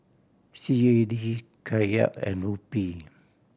C A D Kyat and Rupee